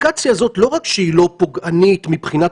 אפליקציה הזאת לא רק שהיא לא פוגענית מבחינת